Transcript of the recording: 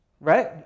Right